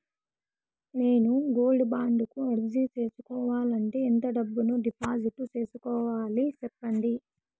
నేను gold bond కు అర్జీ సేసుకోవాలంటే ఎంత డబ్బును డిపాజిట్లు సేసుకోవాలి సెప్పండి